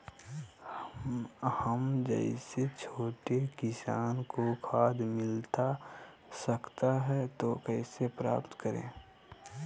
हम जैसे छोटे किसान को खाद मिलता सकता है तो कैसे प्राप्त करें?